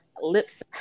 lips